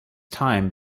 time